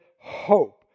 hope